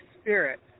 spirit